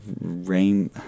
Rain